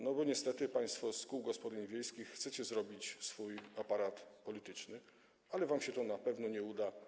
No bo niestety państwo z kół gospodyń wiejskich chcecie zrobić swój aparat polityczny, ale wam się to na pewno nie uda.